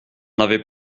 avait